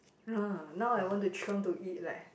uh now I want to chiong to eat leh